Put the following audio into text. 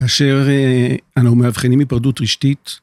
אשר אנחנו מאבחנים היפרדות רשתית.